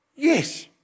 Yes